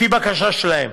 לפי בקשה שלהם.